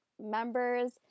members